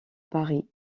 paris